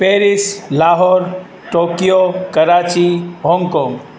Paris Lahore Tokyo Karachi Hong Kong